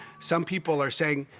some people are saying,